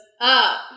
up